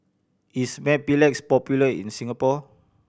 is Mepilex popular in Singapore